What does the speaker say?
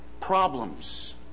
problems